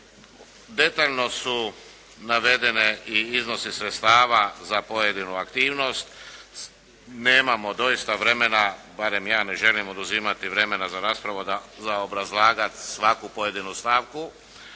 Detaljno su navedeni i iznosi sredstava za pojedinu aktivnost. Nemamo doista vremena, barem ja ne želim oduzimati vremena za raspravu za obrazlagat svaku pojedinu stavku.